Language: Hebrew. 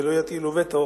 ולא יטילו וטו